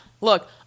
look